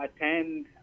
attend